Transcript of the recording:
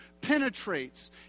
penetrates